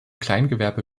kleingewerbe